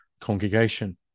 congregation